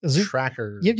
tracker